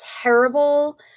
terrible